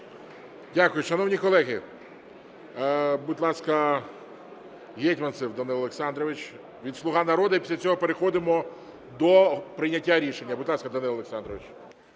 Дякую. Шановні колеги… Будь ласка, Гетманцев Данило Олександрович від "Слуга народу", і після цього переходимо до прийняття рішення. Будь ласка, Данило Олександрович.